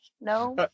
No